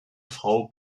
frau